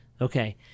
Okay